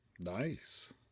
Nice